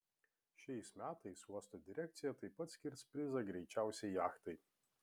šiais metais uosto direkcija taip pat skirs prizą greičiausiai jachtai